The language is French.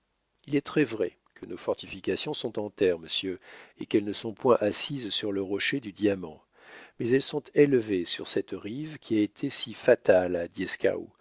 il est très vrai que nos fortifications sont en terre monsieur et qu'elles ne sont point assises sur le rocher du diamant mais elles sont élevées sur cette rive qui a été si fatale